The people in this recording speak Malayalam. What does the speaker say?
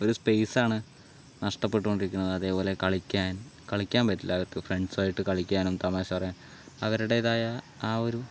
ഒരു സ്പേസാണ് നഷ്ടപ്പെട്ടുകൊണ്ടിരിക്കുന്നത് അതേപോലെ കളിക്കാൻ കളിക്കാൻ പറ്റില്ല അവർക്ക് ഫ്രണ്ട്സുമായിട്ട് കളിക്കാനും തമാശ പറയാൻ അവരുടേതായ ആ ഒരു